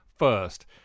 first